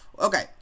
Okay